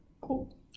cool